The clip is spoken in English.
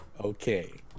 Okay